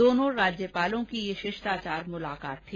दोनों राज्यपालों की ये शिष्टाचार मुलाकात थी